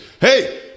hey